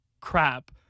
crap